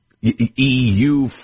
EU